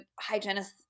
hygienists